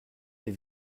les